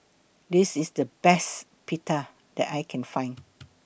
This IS The Best Pita that I Can Find